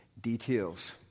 details